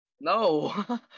No